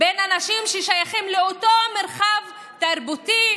בין אנשים ששייכים לאותו מרחב תרבותי